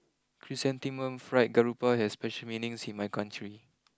Chrysanthemum Fried Garoupa has special meanings in my country